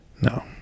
No